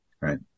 Right